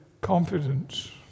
confidence